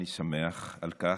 ואני שמח על כך,